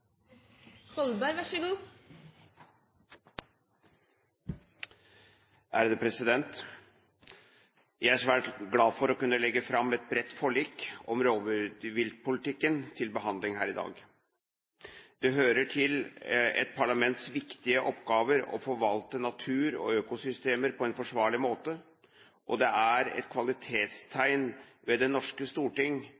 svært glad for å kunne legge fram et bredt forlik om rovviltpolitikken til behandling her i dag. Det hører til et parlaments viktige oppgaver å forvalte natur og økosystemer på en forsvarlig måte, og det er et